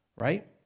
right